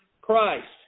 Christ